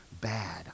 bad